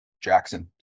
Jackson